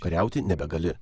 kariauti nebegali